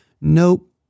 Nope